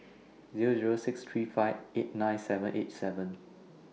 Zero Zero six three five eight nine seven eight seven